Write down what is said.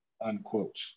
unquote